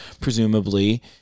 presumably